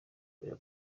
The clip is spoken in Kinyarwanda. ngo